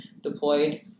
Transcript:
deployed